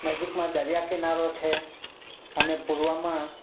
નજીકમાં દરિયા કિનારો છે અને પૂર્વમાં